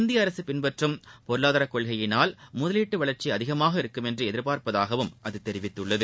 இந்திய அரசு பின்பற்றும் பொருளாதார கொள்கையினால் முதலீட்டு வளர்ச்சி அதிகமாக இருக்கும் என்று எதிர்பார்ப்பதாகவும் அது தெரிவித்துள்ளது